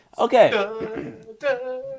Okay